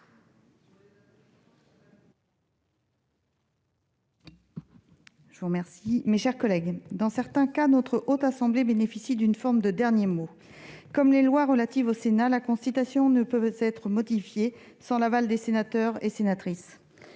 pour explication de vote. Dans certains cas, notre Haute Assemblée bénéficie d'une forme de dernier mot. Comme les lois relatives au Sénat, la Constitution ne peut être modifiée sans l'aval des sénatrices et sénateurs.